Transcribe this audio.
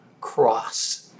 cross